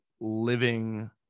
living